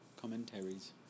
commentaries